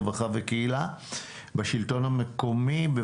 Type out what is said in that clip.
רווחה וקהילה בשלטון המקומי.